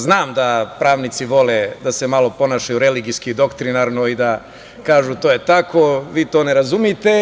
Znam da pravnici vole da se malo ponašaju religijski, doktrinarno, i da kažu to je tako, vi to ne razumete.